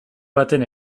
baten